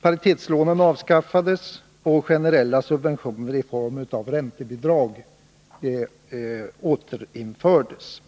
Paritetslånen avskaffades och generella subventioner i form av räntebidrag återinfördes.